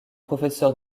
professeur